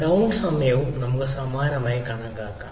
down സമയവും സമാനമായി നമുക്ക് കണക്കാക്കാം